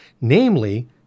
namely